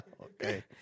Okay